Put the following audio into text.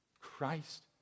Christ